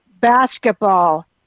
basketball